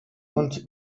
und